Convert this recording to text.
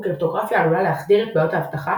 כאמור קריפטוגרפיה עלולה להחדיר בעיות אבטחה